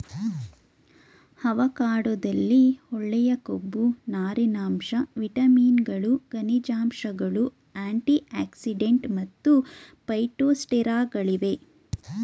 ಅವಕಾಡೊದಲ್ಲಿ ಒಳ್ಳೆಯ ಕೊಬ್ಬು ನಾರಿನಾಂಶ ವಿಟಮಿನ್ಗಳು ಖನಿಜಾಂಶಗಳು ಆಂಟಿಆಕ್ಸಿಡೆಂಟ್ ಮತ್ತು ಫೈಟೊಸ್ಟೆರಾಲ್ಗಳಿವೆ